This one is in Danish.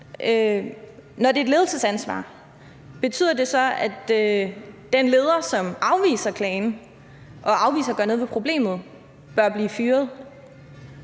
Når det er et ledelsesansvar, betyder det så, at den leder, som afviser klagen og afviser at gøre noget ved problemet, bør blive fyret?